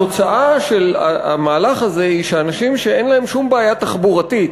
התוצאה של המהלך הזה היא שאנשים שאין להם שום בעיה תחבורתית,